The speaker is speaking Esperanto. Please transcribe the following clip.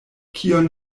kion